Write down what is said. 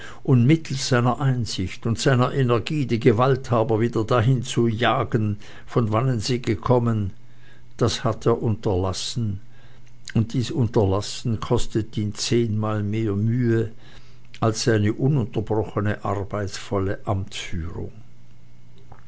und mittelst seiner einsicht und seiner energie die gewalthaber wieder dahin zu jagen von wannen sie gekommen das hat er unterlassen und dies unterlassen kostet ihn zehnmal mehr mühe als seine ununterbrochene arbeitsvolle amtsführung